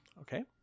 Okay